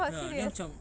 ah dia macam